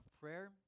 prayer